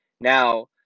Now